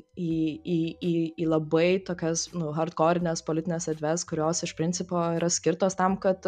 į į į į labai tokias nu hardkorines politines erdves kurios iš principo yra skirtos tam kad